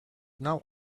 not